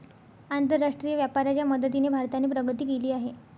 आंतरराष्ट्रीय व्यापाराच्या मदतीने भारताने प्रगती केली आहे